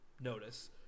notice